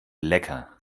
lecker